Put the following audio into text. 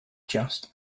just